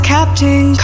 Captain